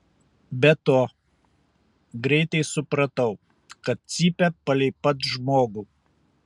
be to greitai supratau kad cypia palei pat žmogų